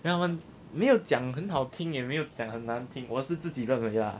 然后他们没有讲很好听也没有讲很难听我是自己认为啊